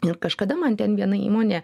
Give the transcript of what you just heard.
ir kažkada man ten viena įmonė